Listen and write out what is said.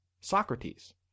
Socrates